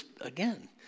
again